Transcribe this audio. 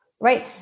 Right